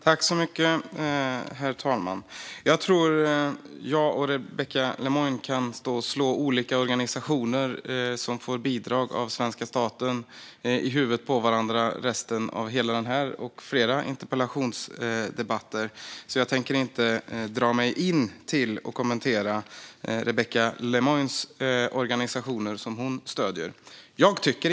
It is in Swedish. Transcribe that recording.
Herr talman! Jag tror att jag och Rebecka Le Moine kan slå olika organisationer som får bidrag av svenska staten i huvudet på varandra resten av hela den här debatten och flera andra interpellationsdebatter. Därför tänker jag inte kommentera de organisationer som Rebecka Le Moine stöder.